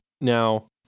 Now